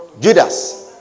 Judas